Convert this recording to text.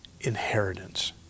inheritance